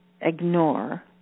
ignore